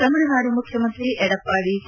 ತಮಿಳುನಾಡು ಮುಖ್ಯಮಂತ್ರಿ ಯಡಪ್ಪಾಡಿ ಕೆ